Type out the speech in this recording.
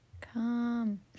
come